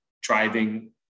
driving